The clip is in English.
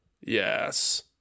Yes